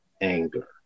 anger